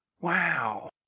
Wow